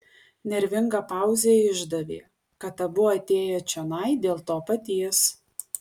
nervinga pauzė išdavė kad abu atėję čionai dėl to paties